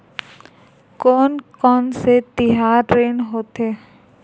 कोन कौन से तिहार ऋण होथे?